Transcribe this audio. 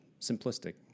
simplistic